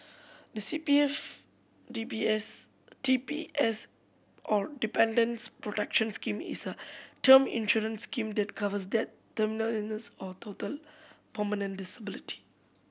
the C P F D B S D P S or Dependants Protection Scheme is a term insurance scheme that covers death terminal illness or total permanent disability